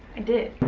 i did.